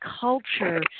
culture